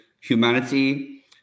humanity